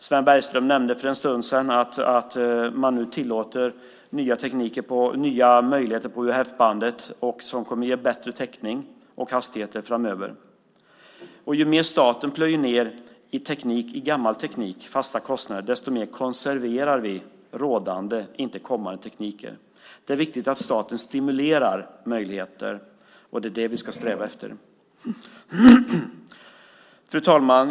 Sven Bergström nämnde för en stund sedan att man nu tillåter nya möjligheter på UHF-bandet som kommer att ge bättre täckning och hastigheter framöver. Ju mer staten plöjer ned i gammal teknik och fasta kostnader, desto mer konserverar vi rådande tekniker. Det är viktigt att staten stimulerar möjligheter. Det är det vi ska sträva efter. Fru talman!